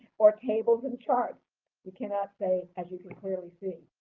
or tables and charts you cannot say, as you can clearly see.